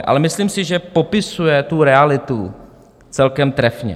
Ale myslím si, že popisuje tu realitu celkem trefně.